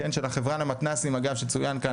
של החברה למתנ"סים אגב שצוין כאן,